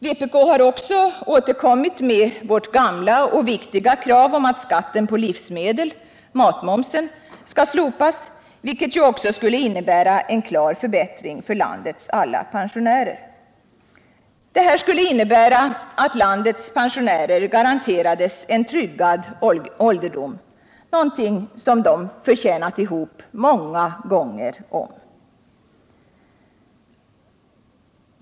Vpk har också återkommit med sitt gamla och viktiga krav på att slopa skatten på livsmedel, matmomsen, vilket skulle betyda en klar förbättring för landets pensionärer. Detta skulle också innebära att pensionärerna garanterades en tryggad ålderdom, något som de gjort sig förtjänta av många gånger om.